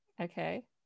Okay